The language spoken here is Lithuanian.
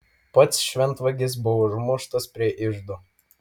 pats šventvagis buvo užmuštas prie iždo